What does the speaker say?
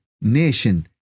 nation